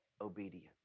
obedience